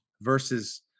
versus